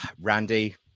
Randy